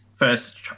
first